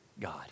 God